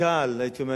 יותר קל, הייתי אומר.